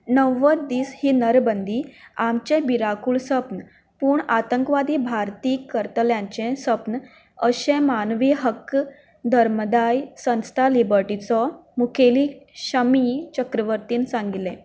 णव्वद दीस ही नदरबंदी आमचें भिरांकूळ सपन पूण आकांतवादी भारती करतल्यांचें सपन अशें मानवी हक्क धर्मादाय संस्था लिबर्टीचो मुखेली शमी चक्रवर्तीन सांगलें